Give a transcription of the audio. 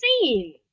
seen